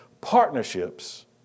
partnerships